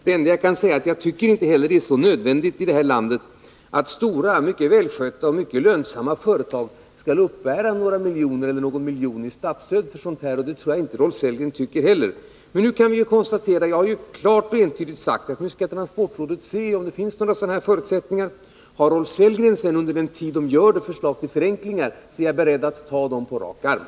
Det enda jag kan säga är att jag inte tycker att det är så nödvändigt i det här landet, att stora, mycket välskötta och mycket lönsamma företag skall uppbära några miljoner eller någon miljon i statsunderstöd. Det tror jag inte att Rolf Sellgren tycker heller. Jag har klart och entydigt sagt att nu skall transportrådet se om det finns några sådana här förutsättningar. Om Rolf Sellgren under den tid som detta arbete pågår kan komma med några förslag till förenklingar är jag beredd att ta dessa på rak arm.